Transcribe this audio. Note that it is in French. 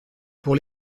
pour